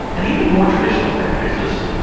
and even more traditional typefaces,